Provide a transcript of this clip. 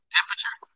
Temperature